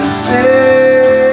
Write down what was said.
stay